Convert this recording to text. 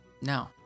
No